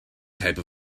type